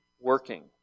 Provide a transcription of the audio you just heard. working